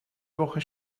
woche